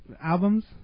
albums